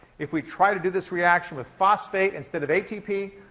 if we try to do this reaction with phosphate instead of atp,